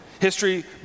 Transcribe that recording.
History